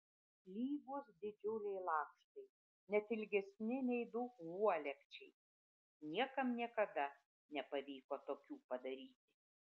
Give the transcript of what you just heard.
lygūs didžiuliai lakštai net ilgesni nei du uolekčiai niekam niekada nepavyko tokių padaryti